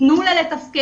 תנו לה לתפקד,